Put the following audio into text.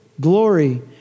glory